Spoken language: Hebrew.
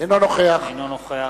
אינו נוכח